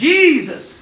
Jesus